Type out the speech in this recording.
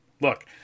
Look